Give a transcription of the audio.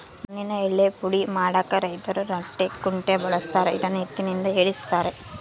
ಮಣ್ಣಿನ ಯಳ್ಳೇ ಪುಡಿ ಮಾಡಾಕ ರೈತರು ರಂಟೆ ಕುಂಟೆ ಬಳಸ್ತಾರ ಇದನ್ನು ಎತ್ತಿನಿಂದ ಎಳೆಸ್ತಾರೆ